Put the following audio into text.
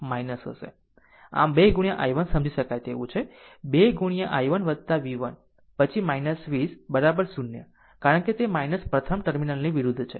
આમ2 into i1 સમજી શકાય તેવું છે 2 into i1 v1 પછી 20 બરાબર 0 કારણ કે તે પ્રથમ ટર્મિનલની વિરુદ્ધ છે